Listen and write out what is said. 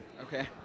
Okay